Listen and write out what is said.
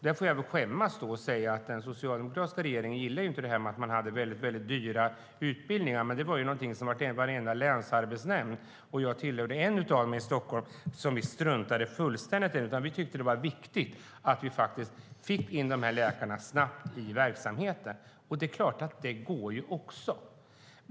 Där får jag väl skämmas och säga att den socialdemokratiska regeringen inte gillade att man hade mycket dyra utbildningar, men det var någonting som varenda länsarbetsnämnd - jag tillhörde en av dem i Stockholm - struntade fullständigt i. Vi tyckte att det var viktigt att vi snabbt fick in de här läkarna i verksamheterna, och det går ju också.